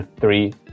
three